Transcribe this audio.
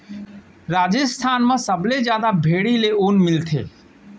राजिस्थान म सबले जादा भेड़ी ले ऊन मिलथे